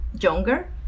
younger